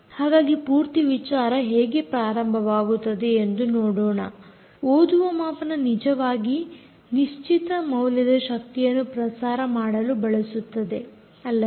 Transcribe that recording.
ಹಾಗಾಗಿ ಪೂರ್ತಿ ವಿಚಾರ ಹೇಗೆ ಪ್ರಾರಂಭವಾಗುತ್ತದೆ ಎಂದು ನೋಡೋಣ ಓದುವ ಮಾಪನ ನಿಜವಾಗಿ ನಿಶ್ಚಿತ ಮೌಲ್ಯದ ಶಕ್ತಿಯನ್ನು ಪ್ರಸಾರ ಮಾಡಲು ಬಳಸುತ್ತದೆ ಅಲ್ಲವೇ